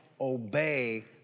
obey